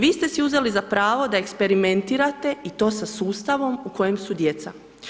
Vi ste si uzeli za pravo da eksperimentirate i to sa sustavom u kojem su djeca.